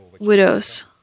widows